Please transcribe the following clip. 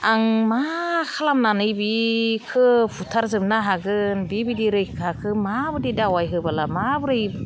आं मा खालामनानै बेखौ बुथारजोबनो हागोन बेबायदि रैखाखौ माबायदि दावाय होबोला माबोरै